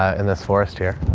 in this forest here,